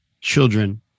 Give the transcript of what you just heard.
children